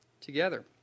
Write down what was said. together